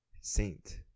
saint